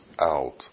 out